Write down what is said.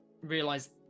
realize